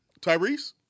Tyrese